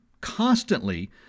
constantly